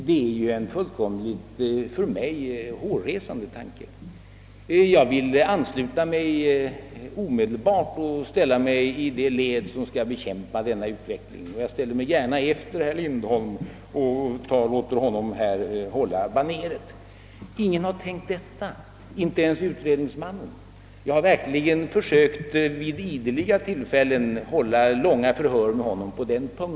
Det är en för mig fullkomligt hårresande tanke, och jag vill omedelbart ansluta mig till de led som bekämpar denna utveckling — jag ställer mig gärna efter herr Lindholm och låter honom hålla baneret. Ingen har tänkt en sådan utveckling, inte ens utredningsmannen. Jag har verkligen vid ideliga tillfällen försökt hålla långa förhör med honom i detta avseende.